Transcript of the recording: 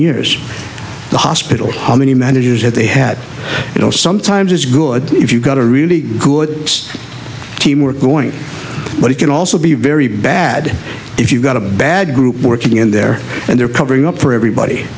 years the hospital how many managers that they had you know sometimes it's good if you've got a really good team work going but it can also be very bad if you've got a bad group working in there and they're covering up for everybody